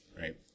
right